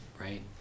right